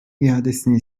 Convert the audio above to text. iadesini